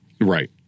Right